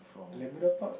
Labrador Park